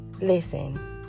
Listen